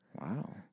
Wow